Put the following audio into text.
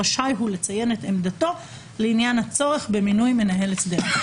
רשאי הוא לציין את עמדתו לעניין הצורך במינוי מנהל הסדר".